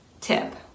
tip